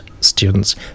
students